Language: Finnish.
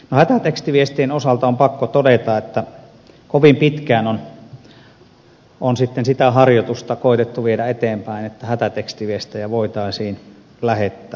hätätekstiviestien osalta on pakko todeta että kovin pitkään on sitä harjoitusta koetettu viedä eteenpäin että hätätekstiviestejä voitaisiin lähettää